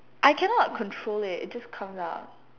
I cannot control it it just comes out